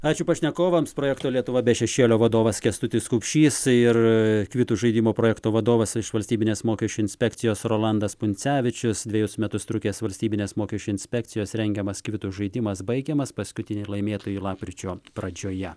ačiū pašnekovams projekto lietuva be šešėlio vadovas kęstutis kupšys ir kvitų žaidimo projekto vadovas iš valstybinės mokesčių inspekcijos rolandas puncevičius dvejus metus trukęs valstybinės mokesčių inspekcijos rengiamas kvitų žaidimas baigiamas paskutiniai laimėtojai lapkričio pradžioje